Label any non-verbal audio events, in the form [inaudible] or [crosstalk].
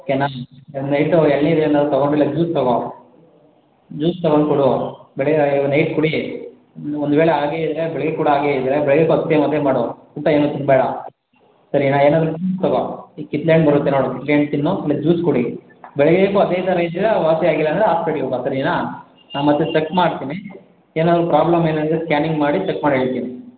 ಓಕೆನ ನೈಟು ಎಳ್ನೀರು ಏನಾರ ತಗೊ ಇಲ್ಲ ಜೂಸ್ ತಗೊ ಜೂಸ್ ತಗೊಂಬಿಡು ಬೆಳಿಗ್ಗೆ ನೈಟ್ ಕುಡಿ ಒಂದು ವೇಳೆ ಹಾಗೇ ಇದ್ದರೆ ಬೆಳಿಗ್ಗೆ ಕೂಡ ಹಾಗೆ ಇದ್ದರೆ ಬೆಳಿಗ್ಗೆ [unintelligible] ಅದನ್ನೇ ಮಾಡು ಊಟ ಏನು ತಿನ್ನಬೇಡ ಸರೀನ ಏನಾದರೂ ಜ್ಯೂಸ್ ತಗೋ ಈ ಕಿತ್ಳೆ ಹಣ್ಣ್ ಬರತ್ತೆ ನೋಡು ಕಿತ್ಳೆ ಹಣ್ಣ್ ತಿನ್ನು ಆಮೇಲೆ ಜ್ಯೂಸ್ ಕುಡಿ ಬೆಳಗ್ಗೆವರೆಗೂ ಅದೇ ಥರ ಇದ್ದರೆ ವಾಸಿಯಾಗಿಲ್ಲಂದ್ರೆ ಹಾಸ್ಪಿಟ್ಲಿಗೆ ಬಾ ಸರಿನಾ ನಾನು ಮತ್ತೆ ಚೆಕ್ ಮಾಡ್ತೀನಿ ಏನಾದರೂ ಪ್ರಾಬ್ಲಮ್ ಏನು ಇದ್ದರೆ ಸ್ಕ್ಯಾನಿಂಗ್ ಮಾಡಿ ಚೆಕ್ ಮಾಡೇಳ್ತೀನಿ